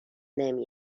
نمی